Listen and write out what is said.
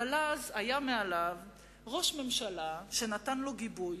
אבל אז היה מעליו ראש ממשלה שנתן לו גיבוי.